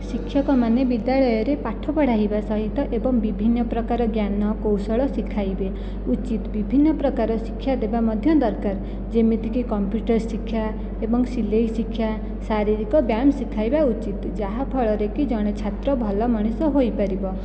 ଶିକ୍ଷକମାନେ ବିଦ୍ୟାଳୟରେ ପାଠ ପଢ଼ାଇବା ସହିତ ଏବଂ ବିଭିନ୍ନ ପ୍ରକାର ଜ୍ଞାନ କୌଶଳ ଶିଖାଇବେ ଉଚିତ ବିଭିନ୍ନ ପ୍ରକାରର ଶିକ୍ଷା ଦେବା ମଧ୍ୟ ଦରକାର ଯେମିତିକି କମ୍ପୁଟର ଶିକ୍ଷା ଏବଂ ସିଲେଇ ଶିକ୍ଷା ଶାରୀରିକ ବ୍ୟାୟାମ ଶିଖାଇବା ଉଚିତ ଯାହାଫଳରେକି ଜଣେ ଛାତ୍ର ଭଲ ମଣିଷ ହୋଇପାରିବ